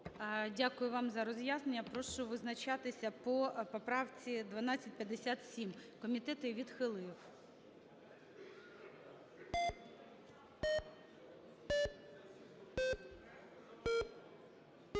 Дякую вам за роз'яснення. Прошу визначатися по поправці 1257. Комітет її відхилив.